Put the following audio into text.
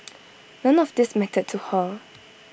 none of these mattered to her